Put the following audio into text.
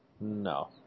No